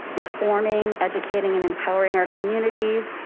informing, educating, and empowering our communities,